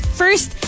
first